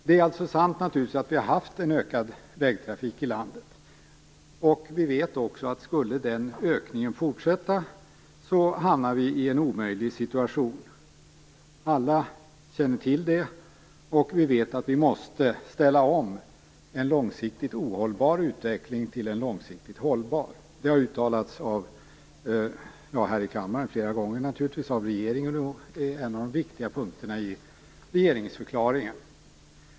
Det är naturligtvis sant att vägtrafiken har ökat i landet. Vi vet också att om den ökningen skulle fortsätta hamnar vi i en omöjlig situation. Alla känner till detta, och vi vet att vi måste ställa om en långsiktigt ohållbar utveckling till en långsiktigt hållbar. Detta har uttalats flera gånger i kammaren av regeringen, och detta är en av de viktiga punkterna i regeringsförklaringen.